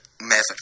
method